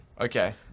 okay